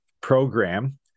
program